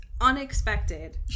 unexpected